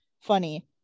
funny